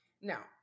Now